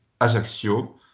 Ajaccio